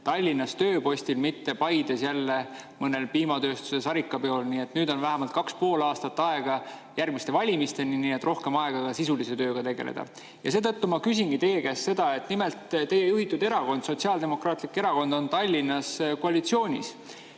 Tallinnas tööpostil, mitte Paides jälle mõnel piimatööstuse sarikapeol. Nüüd on vähemalt 2,5 aastat aega järgmiste valimisteni, nii et rohkem aega sisulise tööga tegeleda. Seetõttu ma küsingi teie käest [järgmist]. Nimelt on teie juhitud erakond, Sotsiaaldemokraatlik Erakond, Tallinnas koalitsioonis